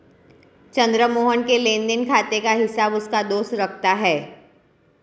चंद्र मोहन के लेनदेन खाते का हिसाब उसका दोस्त रखता है